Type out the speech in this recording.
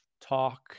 talk